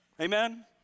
Amen